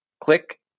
click